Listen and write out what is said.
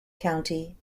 county